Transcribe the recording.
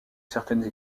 certaines